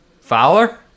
Fowler